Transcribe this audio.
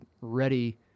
ready